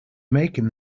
making